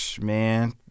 man